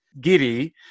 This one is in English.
giri